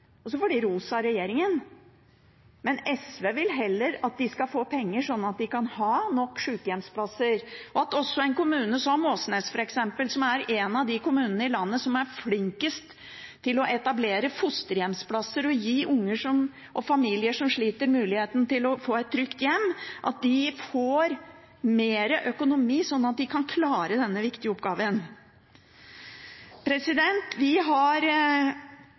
Og så får de ros av regjeringen. SV vil heller at de skal få penger, sånn at de kan ha nok sykehjemsplasser, og også at en kommune som Åsnes – som er en av kommunene i landet som er flinkest til å etablere fosterhjemsplasser og gi unger og familier som sliter, muligheten til å få et trygt hjem – får bedre økonomi, sånn at de kan klare denne viktige oppgaven. Vi har